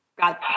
god